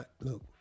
look